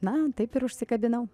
na taip ir užsikabinau